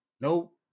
Nope